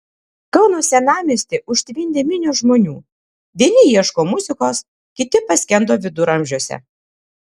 kauno senamiestį užtvindė minios žmonių vieni ieško muzikos kiti paskendo viduramžiuose